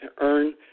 earn